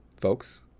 Folks